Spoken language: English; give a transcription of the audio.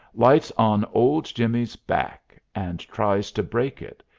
lights on old jimmy's back and tries to break it,